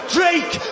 Drake